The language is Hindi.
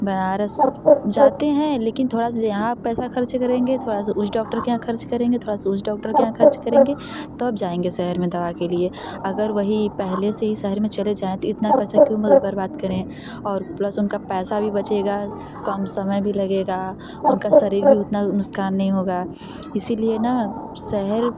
बनारस जाते हैं लेकिन थोड़ा सा जे यहाँ पैसा खर्च करेंगे थोड़ा सा उस डॉक्टर के यहाँ खर्च करेंगे थोड़ा सा उस डॉक्टर के यहाँ खर्च करेंगे तब जायेंगे शहर में दवा के लिए अगर वहीं पहले से ही शहर में चले जाए तो इतना पैसा क्यों मद बर्बाद करें और प्लस उनका पैसा भी बचेगा कम समय भी लगेगा उनका शरीर भी उतना नुक्सान नहीं होगा इसलिए न शहर